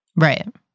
Right